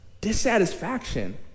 dissatisfaction